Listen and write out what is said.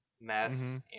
mess